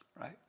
right